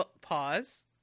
Pause